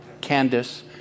Candice